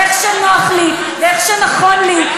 איך שנוח לי ואיך שנכון לי,